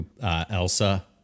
Elsa